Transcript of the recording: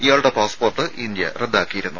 ഇയാളുടെ passport India റദ്ദാക്കിയിരുന്നു